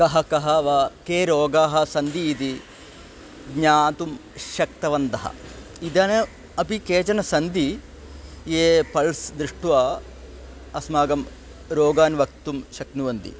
कः कः वा के रोगाः सन्ति इति ज्ञातुं शक्तवन्तः इदानीम् अपि केचन सन्ति ये पळ्स् दृष्ट्वा अस्माकं रोगान् वक्तुं शक्नुवन्ति